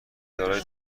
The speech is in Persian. دارای